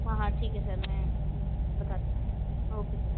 हाँ हाँ ठीक है सर मैं बताती हूँ ओके सर